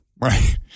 Right